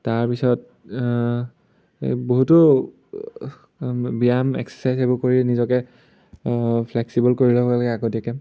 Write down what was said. তাৰপিছত এই বহুতো ব্যায়াম এক্সাৰচাইজ সেইবোৰ কৰি নিজকে ফ্লেক্সিবল কৰি ল'ব লাগে আগতীয়াকে